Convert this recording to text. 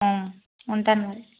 ఉంటాను మరి